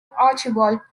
archibald